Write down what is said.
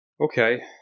okay